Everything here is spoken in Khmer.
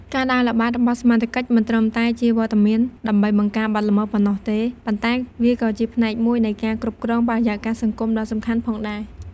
ការដើរល្បាតរបស់សមត្ថកិច្ច មិនត្រឹមតែជាវត្តមានដើម្បីបង្ការបទល្មើសប៉ុណ្ណោះទេ ប៉ុន្តែវាក៏ជាផ្នែកមួយនៃការគ្រប់គ្រងបរិយាកាសសង្គមដ៏សំខាន់ផងដែរ។